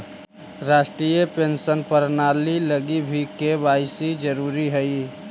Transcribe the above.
राष्ट्रीय पेंशन प्रणाली लगी भी के.वाए.सी जरूरी हई